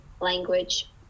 language